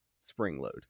spring-load